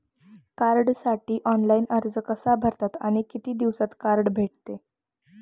कार्डसाठी ऑनलाइन अर्ज कसा करतात आणि किती दिवसांत कार्ड भेटते?